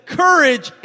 courage